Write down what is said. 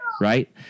Right